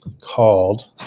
called